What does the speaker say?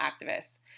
activists